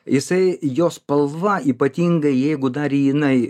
jisai jo spalva ypatingai jeigu dar jinai